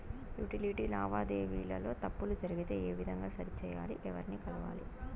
Utility లావాదేవీల లో తప్పులు జరిగితే ఏ విధంగా సరిచెయ్యాలి? ఎవర్ని కలవాలి?